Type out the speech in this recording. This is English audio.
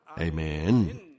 Amen